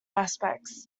aspects